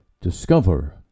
discover